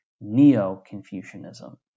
Neo-Confucianism